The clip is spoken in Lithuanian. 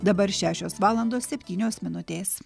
dabar šešios valandos septynios minutės